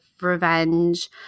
revenge